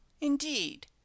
Indeed